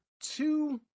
two